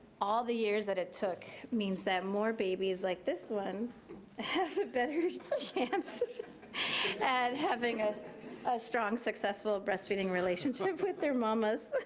all the years that it took, means that more babies like this one, have a better chance at having a strong successful breastfeeding relationship with their mommas.